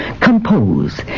Compose